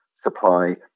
supply